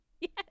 Yes